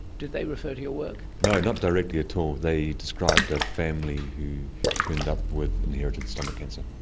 did they refer to your work? no, not directly at all. they described a family who turned up with inherited stomach cancer.